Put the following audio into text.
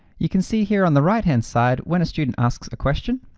you can see here on the right-hand side, when a student asks a question,